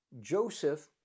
Joseph